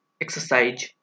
exercise